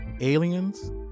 aliens